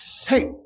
Hey